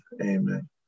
Amen